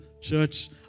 church